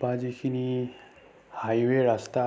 বা যিখিনি হাইৱে ৰাস্তা